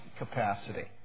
capacity